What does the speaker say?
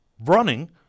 running